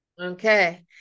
Okay